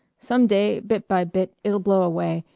some day, bit by bit, it'll blow away,